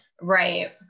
right